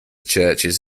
churches